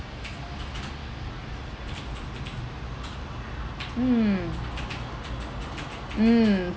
mm mm